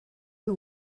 who